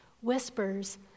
whispers